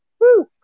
Woo